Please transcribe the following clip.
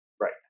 right